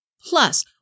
plus